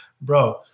bro